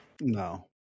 No